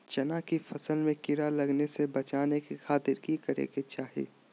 चना की फसल में कीड़ा लगने से बचाने के खातिर की करे के चाही?